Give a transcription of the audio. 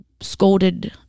scolded